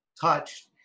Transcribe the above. touched